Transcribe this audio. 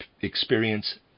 experience